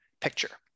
picture